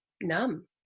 numb